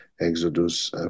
exodus